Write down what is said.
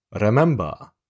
Remember